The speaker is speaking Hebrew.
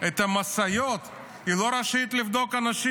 את המשאיות לא רשאית לבדוק אנשים.